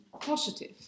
positive